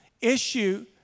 issue